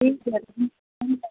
ठीक है ठीक ठीक